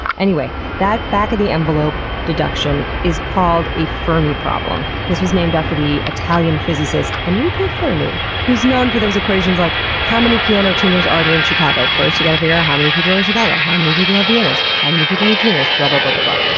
anyway, that back of envelope deduction is called a fermi problem. this was named after the italian physicist enrico fermi, who's known for those equations like how many piano tuners are there in chicago? first you gotta figure out how many people are in chicago, how many people have pianos, how many people need tuners, blah blah blah blah blah.